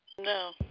No